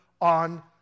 on